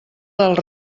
dels